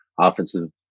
offensive